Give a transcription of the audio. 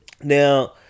Now